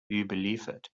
überliefert